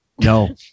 no